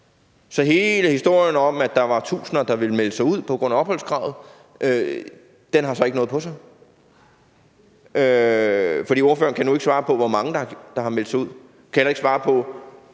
Så hele historien om, at der var tusinder, der ville melde sig ud på grund af opholdskravet, har så ikke noget på sig. For nu kan ordføreren ikke svare på, hvor mange der har meldt sig ud, og han kan heller ikke svare på,